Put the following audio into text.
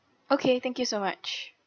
okay thank you so much